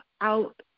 out